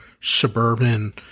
suburban